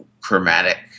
chromatic